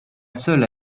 seule